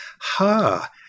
ha